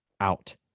out